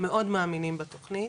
מאוד מאמינים בתוכנית.